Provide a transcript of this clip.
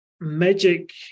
magic